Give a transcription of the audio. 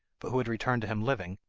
but who had returned to him living,